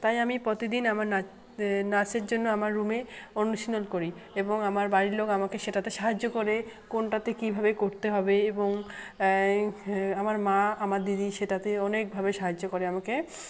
তাই আমি প্রতিদিন আমার নাচের জন্য আমার রুমে অনুশীলন করি এবং আমার বাড়ির লোক আমাকে সেটাতে সাহায্য করে কোনটাতে কীভাবে করতে হবে এবং আমার মা আমার দিদি সেটাতে অনেকভাবে সাহায্য করে আমাকে